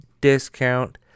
discount